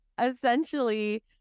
essentially